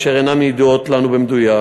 אשר אינן ידועות לנו במדויק,